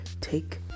Take